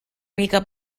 mica